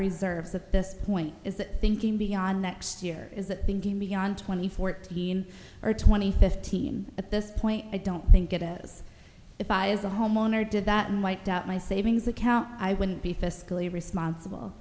reserves at this point is that thinking beyond next year is that beyond twenty fourteen or twenty fifteen at this point i don't think it is if i as a homeowner did that and wiped out my savings account i wouldn't be fiscally responsible